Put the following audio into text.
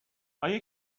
آیا